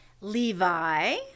Levi